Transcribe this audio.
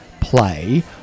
play